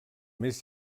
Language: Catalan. més